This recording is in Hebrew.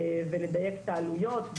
ולדייק את העלויות,